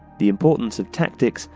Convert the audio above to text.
the importance of tactics,